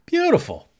Beautiful